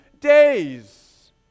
days